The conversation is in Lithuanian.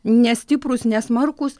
nestiprūs nesmarkūs